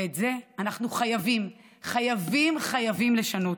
ואת זה אנחנו חייבים, חייבים, חייבים לשנות.